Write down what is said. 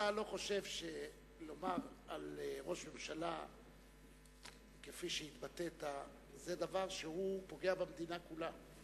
אתה לא חושב שלומר על ראש ממשלה כפי שהתבטאת זה דבר שפוגע במדינה כולה?